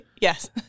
yes